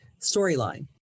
storyline